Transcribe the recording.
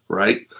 right